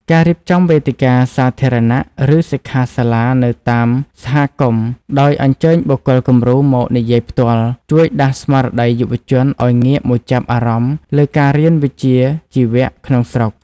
ការរៀបចំវេទិកាសាធារណៈ ឬសិក្ខាសាលានៅតាមសហគមន៍ដោយអញ្ជើញបុគ្គលគំរូមកនិយាយផ្ទាល់ ជួយដាស់ស្មារតីយុវជនឱ្យងាកមកចាប់អារម្មណ៍លើការរៀនវិជ្ជាជីវៈក្នុងស្រុក។